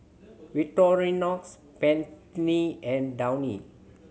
Victorinox Pantene and Downy